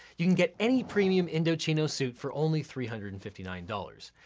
you can get any premium indochino suit for only three hundred and fifty nine dollars.